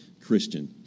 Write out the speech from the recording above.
Christian